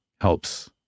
helps